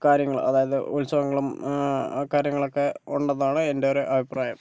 കാര്യങ്ങള് അതായത് ഉത്സവങ്ങളും കാര്യങ്ങളൊക്കെ ഉണ്ടെന്നാണ് എൻ്റൊരു അഭിപ്രായം